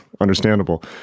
understandable